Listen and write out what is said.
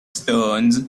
stones